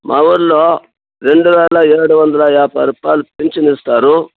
మా ఊళ్ళో రెండు వేల ఏడు వందల యాభై రూపాయిలు పెన్షన్ ఇస్తారు